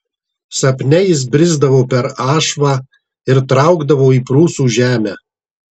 sapne jis brisdavo per ašvą ir traukdavo į prūsų žemę